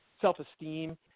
self-esteem